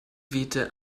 wehte